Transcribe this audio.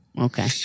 okay